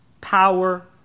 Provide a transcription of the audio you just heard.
power